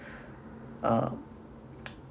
ah